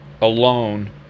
alone